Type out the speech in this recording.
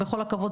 בכל הכבוד,